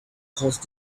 cause